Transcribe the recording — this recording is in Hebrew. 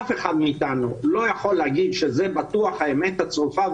אף אחד מאתנו לא יכול להגיד שזאת בטוח האמת הצרופה.